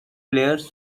players